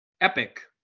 epic